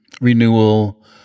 renewal